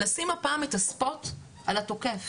לשים הפעם את הספוט על התוקף.